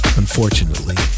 unfortunately